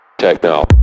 Techno